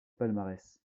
palmarès